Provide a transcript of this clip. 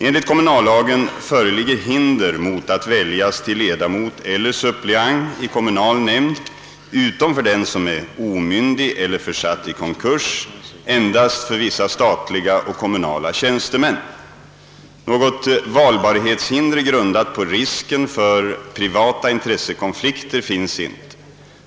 Enligt kommunallagen föreligger hinder mot att väljas till ledamot eller suppleant i kommunal nämnd — utom för den som är omyndig eller försatt i konkurs — endast för vissa statliga och kommunala tjänstemän. Något valbarhetshinder grundat på risken för privata intressekonflikter finns inte.